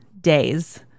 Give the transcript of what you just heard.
days